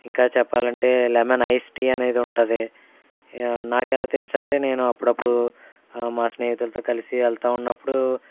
ఇంకా చెప్పాలంటే lemon ice tea అనేది ఉంటాది నాకు ఎలా తెలుసంటే నేను అప్పుడప్పుడు మా స్నేహితులతో కలిసి ఎళ్తా ఉన్నప్పుడు